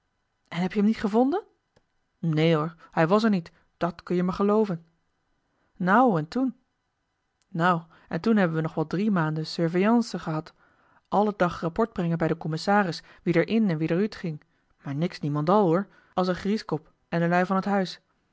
en heb je hem niet gevonden neen hoor hij was er niet dat kun je me gelooven nouw en toe nouw en toen hebben we nog wel drie maanden zurvejanse gehad alle dag rapport brengen bij den commissaris wie der in en wie der uutging maar niks niemendal hoor as een grieskop en de lui van het huis